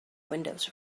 windows